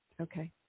Okay